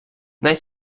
най